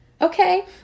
okay